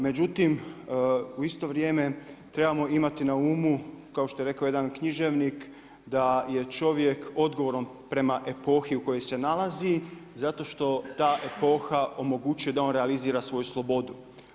Međutim u isto vrijeme trebamo imati na umu kao što je rekao jedan književnik da je čovjek odgovoran prema epohi u kojoj se nalazi zato što ta epoha omogućuje da on realizira svoju slobodu.